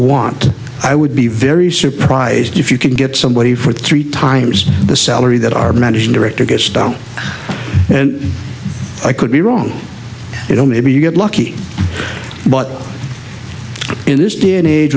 want i would be very surprised if you can get somebody for three times the salary that are managing director gets down and i could be wrong you know maybe you get lucky but in this day and age